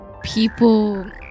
People